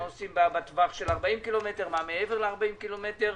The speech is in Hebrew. מה עושים בטווח של ה-40 ק"מ, מה מעבר ל-40 ק"מ?